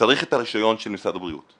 צריך את הרישיון של משרד הבריאות.